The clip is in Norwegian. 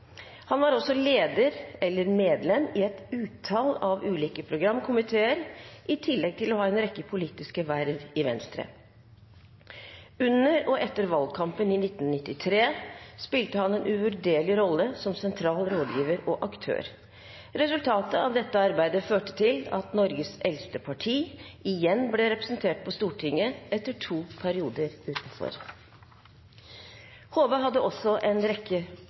Han var også leder eller medlem i et utall ulike programkomiteer, i tillegg til å ha en rekke politiske verv i Venstre. Under og etter valgkampen i 1993 spilte han en uvurderlig rolle som sentral rådgiver og aktør. Resultatet av dette arbeidet førte til at Norges eldste parti igjen ble representert på Stortinget, etter to perioder utenfor. Hove hadde også en rekke